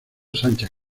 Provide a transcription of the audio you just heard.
sánchez